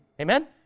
Amen